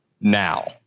now